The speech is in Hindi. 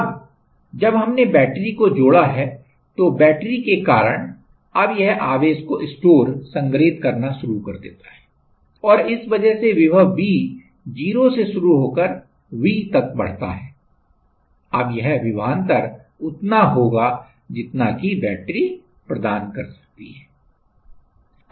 अब जब हमने बैटरी को जोडा है तो बैटरी कारण अब यह आवेश को स्टोर संग्रहित करना शुरू कर देता है और इस वजह से विभव 0 से शुरू होकर V तक बढ़ता है अब यह विभवान्तर उतना होगा जितना कि बैटरी प्रदान कर सकती है